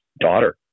daughter